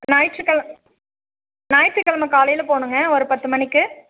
ஞாற்றுக்கிழ் ஞாத்திக்கிழம காலையில் போகனுங்க ஒரு பத்து மணிக்கு